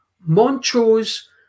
Montrose